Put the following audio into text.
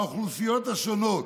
באוכלוסיות השונות.